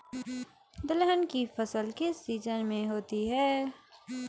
दलहन की फसल किस सीजन में होती है?